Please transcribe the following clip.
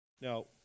Now